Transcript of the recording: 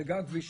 זה גם כבישים,